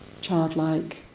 childlike